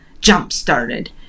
jump-started